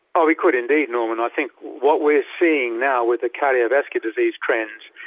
ah we could indeed, norman. i think what we are seeing now with the cardiovascular disease trends,